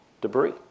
debris